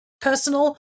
personal